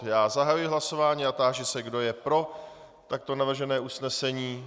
Já zahajuji hlasování a táži se, kdo je pro takto navržené usnesení.